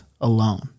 alone